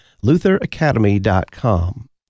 lutheracademy.com